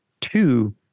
Two